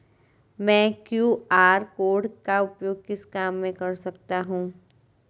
मैं QR code का उपयोग किस काम में कर सकता हूं?